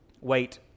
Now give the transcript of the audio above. wait